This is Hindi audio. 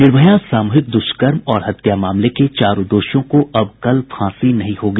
निर्भया सामूहिक दुष्कर्म और हत्या मामले के चारों दोषियों को अब कल फांसी नहीं होगी